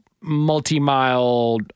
multi-mile